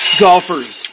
Golfers